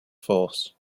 force